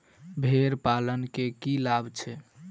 भेड़ पालन केँ की लाभ छै?